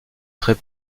très